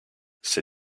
c’est